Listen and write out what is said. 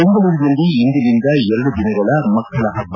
ಬೆಂಗಳೂರಿನಲ್ಲಿ ಇಂದಿನಿಂದ ಎರಡು ದಿನಗಳ ಮಕ್ಕಳ ಹಬ್ಬ